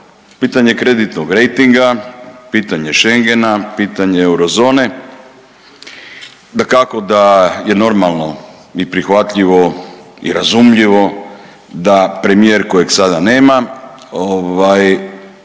pitanje kreditnoj rejtinga, pitanje Schengena, pitanje eurozone dakako da je normalno i prihvatljivo, i razumljivo da premijer kojeg sada nema se